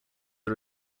are